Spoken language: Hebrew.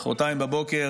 מוחרתיים בבוקר,